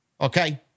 okay